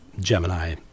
Gemini